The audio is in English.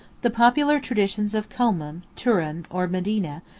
the popular traditions of comum, turin, or modena,